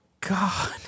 God